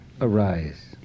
arise